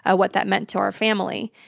ah what that meant to our family.